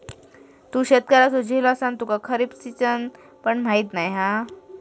तू शेतकऱ्याचो झील असान तुका खरीप सिजन पण माहीत नाय हा